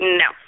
no